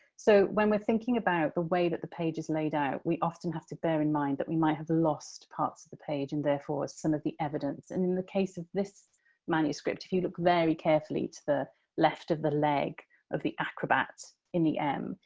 so, when we're thinking about the way that the page is laid out, we often have to bear in mind that we might have lost parts of the page and therefore some of the evidence and, in the case of this manuscript, if you look very carefully to the left of the leg of the acrobats in the m,